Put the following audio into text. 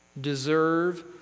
deserve